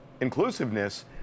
inclusiveness